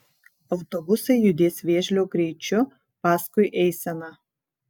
autobusai judės vėžlio greičiu paskui eiseną